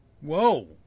Whoa